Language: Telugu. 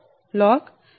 4605 log 1r' ప్లస్ 0